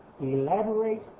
elaborate